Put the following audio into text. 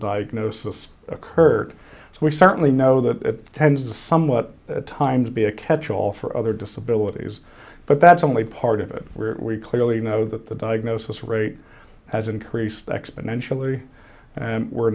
diagnosis occurred so we certainly know that it tends to somewhat at times be a catch all for other disabilities but that's only part of it we clearly know that the diagnosis rate has increased exponentially and we're